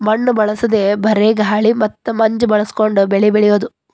ಮಣ್ಣು ಬಳಸದೇ ಬರೇ ಗಾಳಿ ಮತ್ತ ಮಂಜ ಬಳಸಕೊಂಡ ಬೆಳಿ ಬೆಳಿಯುದು